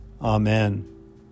Amen